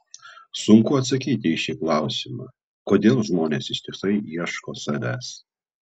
sunku atsakyti į šį klausimą kodėl žmonės ištisai ieško savęs